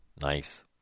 nice